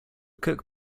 cook